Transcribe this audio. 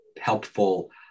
helpful